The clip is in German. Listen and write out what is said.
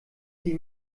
sie